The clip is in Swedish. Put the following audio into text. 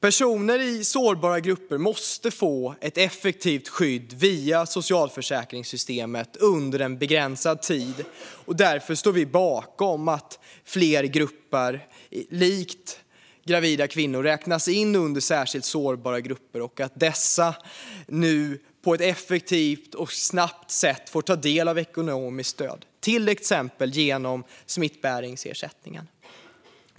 Personer i sårbara grupper måste få ett effektivt skydd via socialförsäkringssystemet under en begränsad tid, och därför står vi bakom att fler grupper, likt gravida kvinnor, räknas in under särskilt sårbara grupper och att de nu på ett effektivt och snabbt sätt får ta del av ekonomiskt stöd, till exempel smittbärarersättning.